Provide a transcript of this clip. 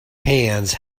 hands